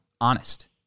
honest